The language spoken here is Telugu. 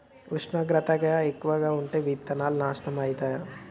ఉష్ణోగ్రత ఎక్కువగా ఉంటే విత్తనాలు నాశనం ఐతయా?